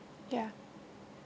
ya